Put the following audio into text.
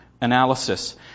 analysis